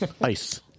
Ice